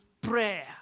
prayer